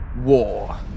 War